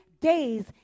days